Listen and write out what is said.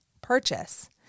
purchase